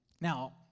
Now